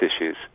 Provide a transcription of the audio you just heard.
issues